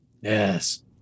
Yes